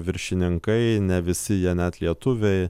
viršininkai ne visi jie net lietuviai